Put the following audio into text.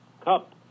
cup